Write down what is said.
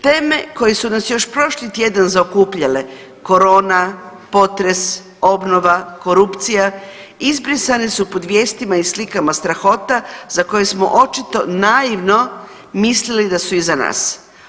Teme koje su nas još prošli tjedan zaokupljale korona, potres, obnova, korupcija izbrisani su pod vijestima i slikama strahota za koje smo očito naivno mislili da su iza nas.